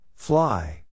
Fly